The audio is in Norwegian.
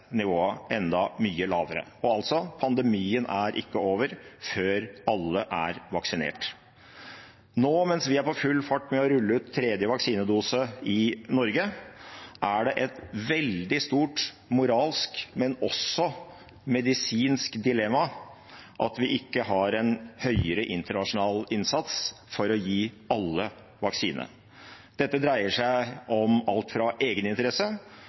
nivået enda mye lavere. Pandemien er altså ikke over før aller vaksinert. Nå, mens vi er på full fart med å rulle ut den tredje vaksinedosen i Norge, er det et veldig stort moralsk, men også medisinsk dilemma at vi ikke har en større internasjonal innsats for å gi alle vaksine. Dette dreier seg om alt fra